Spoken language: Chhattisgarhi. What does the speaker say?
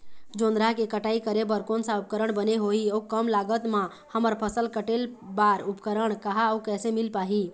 जोंधरा के कटाई करें बर कोन सा उपकरण बने होही अऊ कम लागत मा हमर फसल कटेल बार उपकरण कहा अउ कैसे मील पाही?